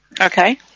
Okay